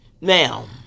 Now